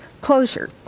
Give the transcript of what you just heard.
closure